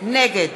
נגד